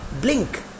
blink